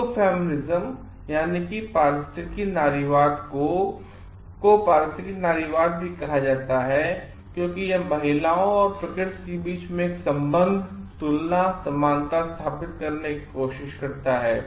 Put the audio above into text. Ecofeminism को पारिस्थितिक नारीवाद भी कहा जाता है क्योंकि यह महिलाओं और प्रकृति के बीच एक संबंध तुलना और समानता स्थापित करने की कोशिश करता है